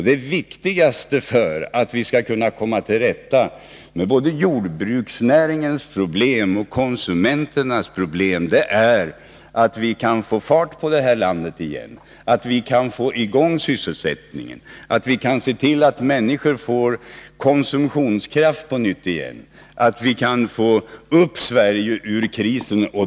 Det viktigaste för att komma till rätta med både jordbruksnäringens och konsumenternas problem är att vi kan få fart på det här landet igen, att vi kan få i gång sysselsättningen, att vi kan se till att människor får konsumtionskraft på nytt, att vi kan få upp Sverige ur krisen.